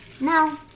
No